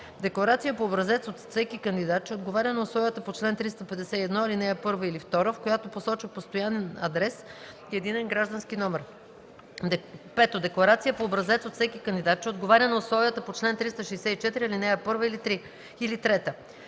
декларация по образец от всеки кандидат, че отговаря на условията по чл. 351, ал. 1 или 2, в която посочва постоянен адрес и единен граждански номер; 5. декларация по образец от всеки кандидат, че отговаря на условията по чл. 364, ал. 1 или 3;